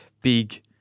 big –